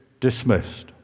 dismissed